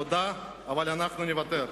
תודה, אבל אנחנו נוותר,